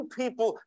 people